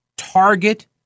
target